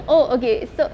oh okay so